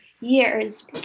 years